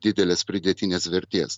didelės pridėtinės vertės